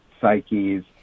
psyches